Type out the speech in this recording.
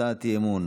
הצעת אי-אמון